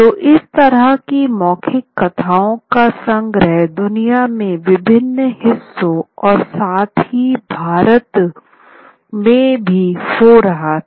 तो इस तरह की मौखिक कथाओं का संग्रह दुनिया के विभिन्न हिस्सों और साथ ही भारत में भी हो रहा था